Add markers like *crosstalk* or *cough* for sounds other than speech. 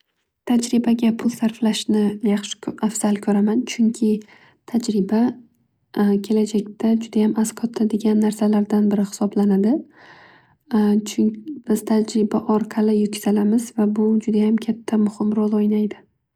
Tajribaga pul sarflashni yaxshi ko'- afzal ko'raman. Chunki tajriba *hesitation* kelajakda judayam as qotadigan narsalalrdan biri hisoblanadi. *hesitation* Chunk- biz tajriba orqali yuksalamiz va bu judayam katta muhim ro'l o'ynaydi.